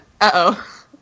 Uh-oh